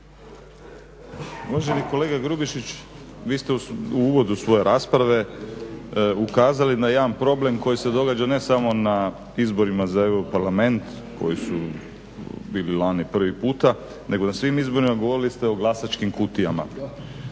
Uvaženi kolega Grubišić vi ste u uvodu svoje rasprave ukazali na jedan problem koji se događa ne samo na izborima za Europarlament koji su bili lani prvi puta, nego na svim izborima. Govorili ste o glasačkim kutijama.